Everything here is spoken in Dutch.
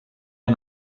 een